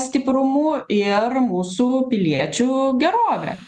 stiprumu ir mūsų piliečių gerove